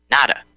Nada